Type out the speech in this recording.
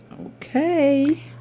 Okay